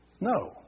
No